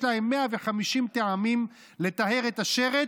יש להם 150 טעמים לטהר את השרץ.